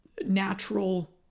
natural